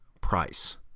price